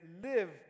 live